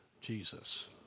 Jesus